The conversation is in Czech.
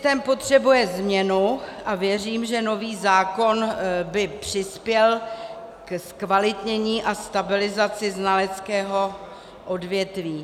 Systém potřebuje změnu a věřím, že nový zákon by přispěl ke zkvalitnění a stabilizaci znaleckého odvětví.